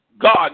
God